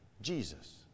Jesus